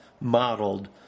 modeled